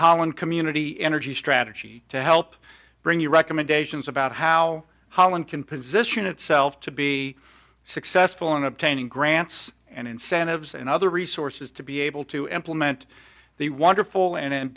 holland community energy strategy to help bring your recommendations about how holland can position itself to be successful in obtaining grants and incentives and other resources to be able to implement the wonderful and a